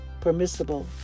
permissible